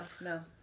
No